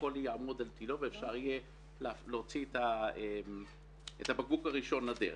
אז הכול יעמוד על תילו ואפשר יהיה להוציא את הבקבוק הראשון לדרך.